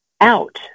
out